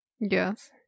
Yes